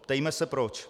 Ptejme se proč.